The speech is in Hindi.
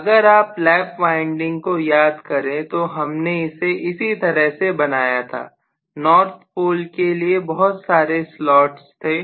अगर आप लैप वाइंडिंगकोई याद करें तो हमने इसे इसी तरह से बनाया था नॉर्थ पोल के लिए बहुत सारे स्लॉट्स थे